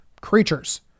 creatures